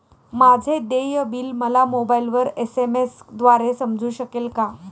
माझे देय बिल मला मोबाइलवर एस.एम.एस द्वारे समजू शकेल का?